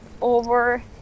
over